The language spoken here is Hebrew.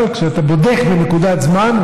אבל כשאתה בודק בנקודת זמן,